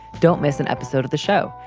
don't miss an episode of the show.